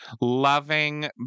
Loving